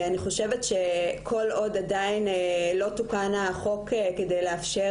אני חושבת שכל עוד עדיין לא תוקן החוק כדי לאפשר